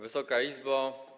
Wysoka Izbo!